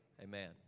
Amen